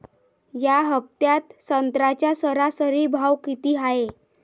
या हफ्त्यात संत्र्याचा सरासरी भाव किती हाये?